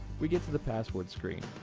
we get to the password screen.